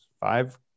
five